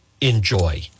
enjoy